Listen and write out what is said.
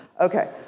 Okay